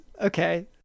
Okay